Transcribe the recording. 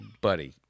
Buddy